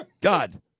God